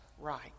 right